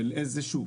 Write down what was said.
של איזה שוק?